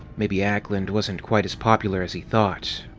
maybe ackland wasn't quite as popular as he thought.